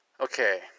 Okay